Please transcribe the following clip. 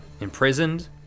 imprisoned